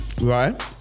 Right